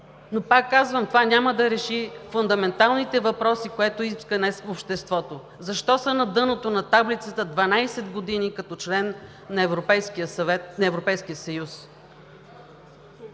но, пак казвам, това няма да реши фундаменталните въпроси, което иска днес обществото – защо са на дъното на таблицата 12 години като член на Европейския съюз?